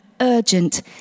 urgent